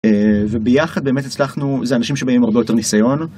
וביחד באמת הצלחנו זה אנשים שבאים הרבה יותר ניסיון.